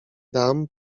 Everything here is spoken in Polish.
dam